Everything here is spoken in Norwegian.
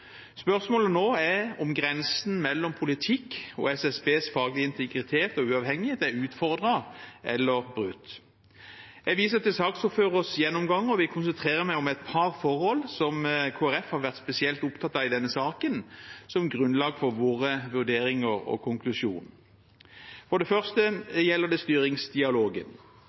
Spørsmålet nå er om grensen mellom politikk og SSBs faglige integritet og uavhengighet er utfordret eller brutt. Jeg viser til saksordførerens gjennomgang og vil konsentrere meg om et par forhold som vi i Kristelig Folkeparti har vært spesielt opptatt av i denne saken, som grunnlag for våre vurderinger og konklusjon. For det første gjelder det styringsdialogen: